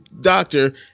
Doctor